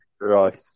Right